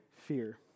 fear